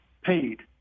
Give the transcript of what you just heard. paid